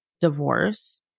divorce